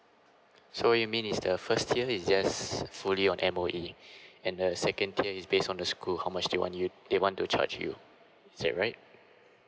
so you mean is the first tier is just fully on M_O_E and the second tier is based on the school how much they want you they want to charge you is that right